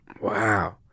Wow